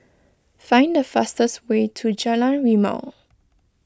find the fastest way to Jalan Rimau